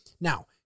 Now